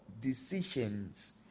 decisions